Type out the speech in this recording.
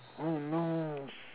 no